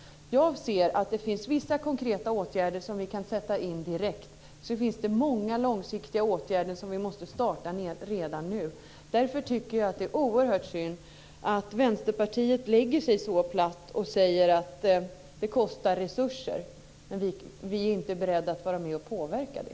Jag menar att det finns vissa konkreta åtgärder som vi kan sätta in direkt. Det finns också många långsiktiga åtgärder som måste startas nu. Det är oerhört synd att Vänsterpartiet inte är berett att påverka utan bara lägger sig platt och säger: Det här kostar resurser.